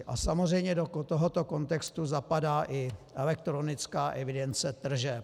A samozřejmě do tohoto kontextu zapadá i elektronická evidence tržeb.